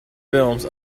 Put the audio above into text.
films